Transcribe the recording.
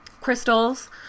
crystals